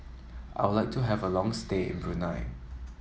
I would like to have a long stay in Brunei